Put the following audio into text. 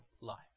life